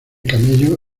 camello